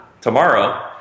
tomorrow